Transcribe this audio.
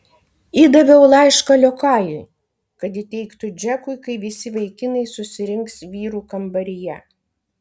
įdaviau laišką liokajui kad įteiktų džekui kai visi vaikinai susirinks vyrų kambaryje